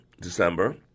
December